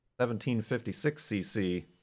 1756cc